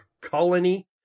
colony